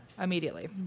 immediately